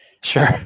Sure